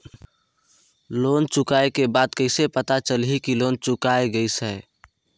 Loan चुकाय के बाद कइसे पता चलही कि लोन चुकाय गिस है?